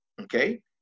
Okay